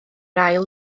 ail